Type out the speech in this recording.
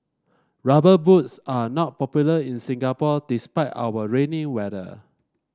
rubber boots are not popular in Singapore despite our rainy weather